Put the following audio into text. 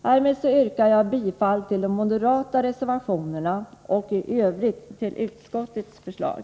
Härmed yrkar jag bifall till de moderata reservationerna och i övrigt till utskottets förslag.